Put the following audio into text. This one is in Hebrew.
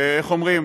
ואיך אומרים?